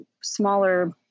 smaller